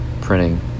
printing